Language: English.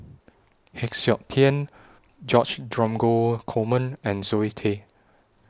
Heng Siok Tian George Dromgold Coleman and Zoe Tay